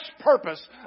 purpose